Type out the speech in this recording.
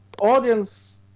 audience